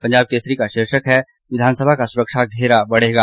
पंजाब केसरी का शीर्षक है विधानसभा का सुरक्षा घेरा बढ़ेगा